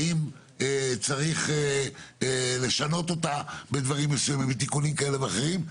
האם צריך לשנות אותה בדברים מסוימים עם תיקונים כאלה ואחרים?